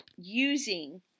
using